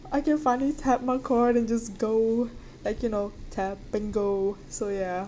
I can finally tap my card and just go like you know tap bingo so ya